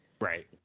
Right